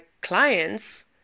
clients